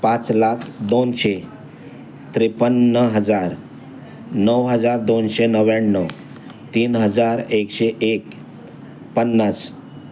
पाच लाख दोनशे त्रेपन्न हजार नऊ हजार दोनशे नव्याण्णव तीन हजार एकशे एक पन्नास